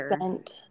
spent